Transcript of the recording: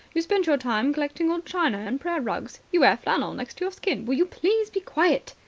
you've spent your time collecting old china and prayer rugs. you wear flannel next your skin. will you please be quiet,